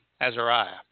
Azariah